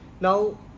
Now